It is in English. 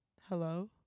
Hello